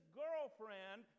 girlfriend